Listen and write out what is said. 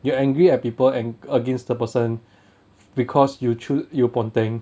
you are angry at people and against the person because you choose you ponteng